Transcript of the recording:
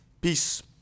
peace